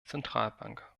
zentralbank